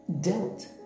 dealt